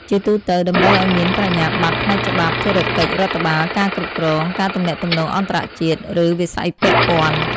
ជាទូទៅ តម្រូវឱ្យមាន បរិញ្ញាបត្រ ផ្នែកច្បាប់ ធុរកិច្ច រដ្ឋបាល ការគ្រប់គ្រង ការទំនាក់ទំនងអន្តរជាតិ ឬវិស័យពាក់ព័ន្ធ។